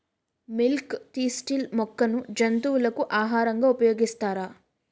Milk thistle మొక్కను జంతువులకు ఆహారంగా ఉపయోగిస్తారా?